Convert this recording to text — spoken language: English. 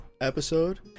episode